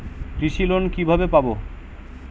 কৃষি লোন কিভাবে পাব?